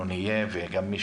אנחנו נהיה וגם מי